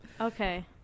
Okay